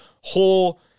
whole